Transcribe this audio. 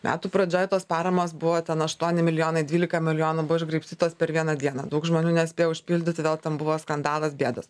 metų pradžioj tos paramos buvo ten aštuoni milijonai dvylika milijonų buvo išgraibstytos per vieną dieną daug žmonių nespėjo užpildyti vėl buvo skandalas bėdos